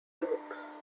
books